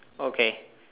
okay